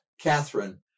Catherine